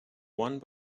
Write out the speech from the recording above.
one